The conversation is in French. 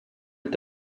est